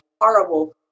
horrible